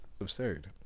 absurd